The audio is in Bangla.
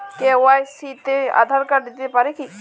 কে.ওয়াই.সি তে আঁধার কার্ড দিতে পারি কি?